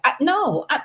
No